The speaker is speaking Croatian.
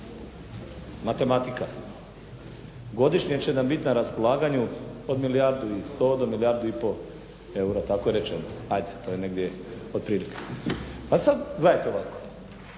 matematika. Godišnje će nam biti na raspolaganju od milijardu i 100 do milijardu i pol eura, tako je rečeno. Hajde to je negdje otprilike. Ali sad gledajte ovako.